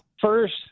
first